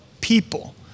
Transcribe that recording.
people